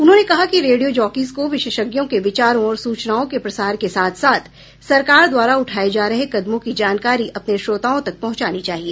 उन्होंने कहा कि रेडियो जॉकीज को विशेषज्ञों के विचारों और सूचनाओं के प्रसार के साथ साथ सरकार द्वारा उठाये जा रहे कदमों की जानकारी अपने श्रोताओं तक पहुंचानी चाहिए